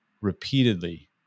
repeatedly